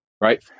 right